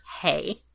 hey